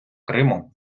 криму